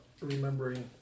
remembering